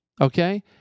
okay